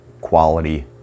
quality